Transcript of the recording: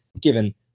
given